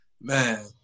man